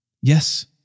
Yes